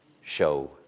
show